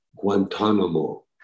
Guantanamo